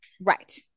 right